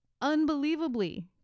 unbelievably